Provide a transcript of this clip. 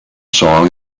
song